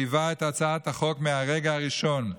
שליווה את הצעת החוק מהרגע הראשון,